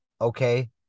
okay